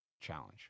challenge